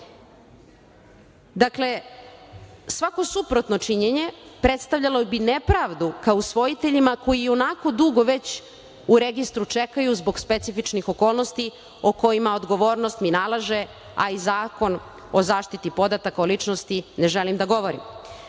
obuku. Svako suprotno činjenje predstavljalo bi nepravdu ka usvojiteljima koji i onako dugo već u registru čekaju zbog specifičnih okolnosti o kojima odgovornost mi nalaže, a i Zakon o zaštiti podataka o ličnosti, ne želim da govorim.U